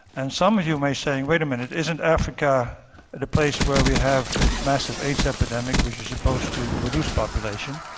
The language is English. and some of you may say, wait a minute, isn't africa the place where we have a massive aids epidemic which is supposed to reduce population.